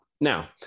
Now